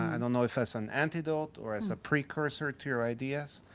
i don't know if as an anecdote or as a precursor to your ideas.